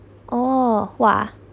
oh !wah!